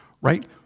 right